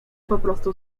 poprostu